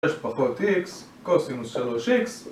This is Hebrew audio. פחות X, קוסינוס שלוש X